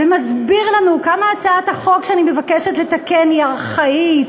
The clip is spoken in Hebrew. ומסביר לנו כמה החוק שאני מבקשת לתקן הוא ארכאי,